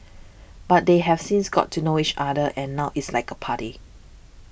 but they have since got to know each other and now it is like a party